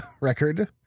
record